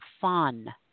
fun